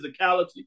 physicality